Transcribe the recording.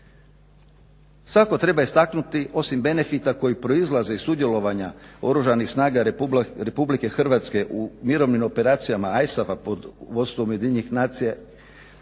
Svakako treba istaknuti osim benefita koji proizlaze iz sudjelovanja Oružanih snaga RH u mirovnim operacijama ISAF-a pod vodstvom Ujedinjenih nacija,